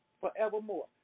forevermore